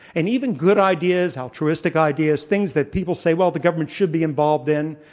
and even good ideas, altruistic ideas, things that people say, well, the governme nt should be involved in,